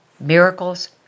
Miracles